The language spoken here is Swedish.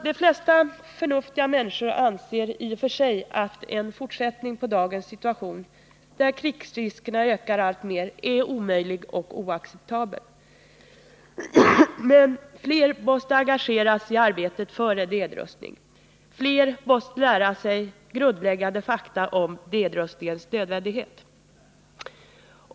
De flesta förnuftiga människor anser i och för sig att en fortsättning av dagens situation, där krigsriskerna ökar alltmer, är omöjlig och oacceptabel. Men fler måste engageras i arbetet för en nedrustning, fler måste lära sig grundläggande fakta om nedrustningens nödvändighet.